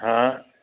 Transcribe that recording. हँ